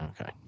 Okay